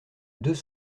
deux